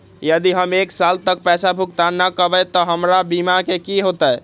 यदि हम एक साल तक पैसा भुगतान न कवै त हमर बीमा के की होतै?